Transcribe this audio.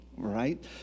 Right